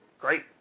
great